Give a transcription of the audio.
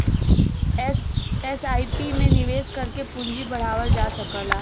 SIP में निवेश करके पूंजी बढ़ावल जा सकला